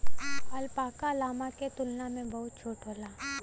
alpaca, llama के तुलना में बहुत छोट होला